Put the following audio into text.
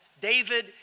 David